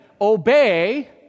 obey